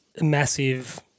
massive